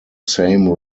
same